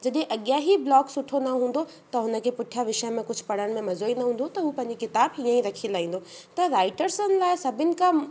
जॾहिं अॻियां हीअ ब्लॉक सुठो न हूंदो त हुनखे पुठियां विषय में कुझु पढ़ण में मजो ई न ईंदो त हू पंहिंजी किताब हींअ ई रखी लाहींदो त राइटर्सनि लाइ सभिनि खां